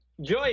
joy